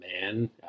man